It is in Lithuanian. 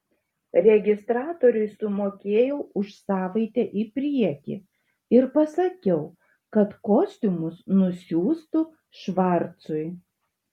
registratoriui sumokėjau už savaitę į priekį ir pasakiau kad kostiumus nusiųstų švarcui